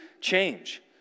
change